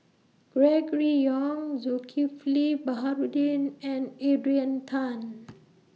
Gregory Yong Zulkifli Baharudin and Adrian Tan